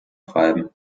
treiben